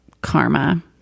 karma